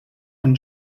von